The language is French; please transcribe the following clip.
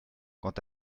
quant